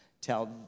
tell